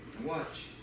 Watch